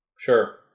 Sure